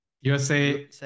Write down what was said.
USA